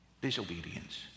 Disobedience